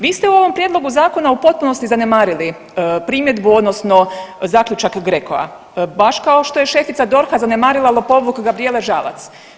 Vi ste u ovom Prijedlogu zakona u potpunosti zanemarili primjedbu, odnosno zaključak GRECO-a, baš kao što je šefica DORH-a zanemarila lopovluk Gabrijele Žalac.